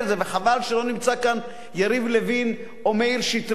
וחבל שלא נמצא כאן יריב לוין או מאיר שטרית.